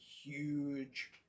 huge